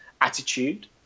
attitude